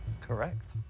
correct